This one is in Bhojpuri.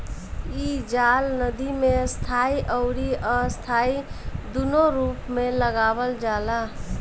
इ जाल नदी में स्थाई अउरी अस्थाई दूनो रूप में लगावल जाला